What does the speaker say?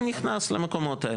הוא נכנס למקומות האלה.